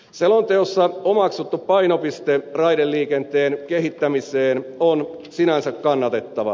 selonteossa omaksuttu painopiste raideliikenteen kehittämiseen on sinänsä kannatettava